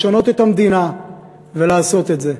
לשנות את המדינה ולעשות את זה.